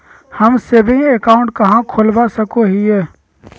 हम saving account कहाँ खोलवा सको हियै?